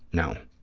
no.